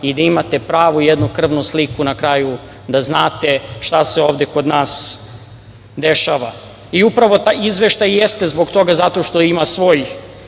i da imate pravu jednu krvnu sliku na kraju da znate šta se ovde kod nas dešava.I upravo taj izveštaj jeste zbog toga zato što imate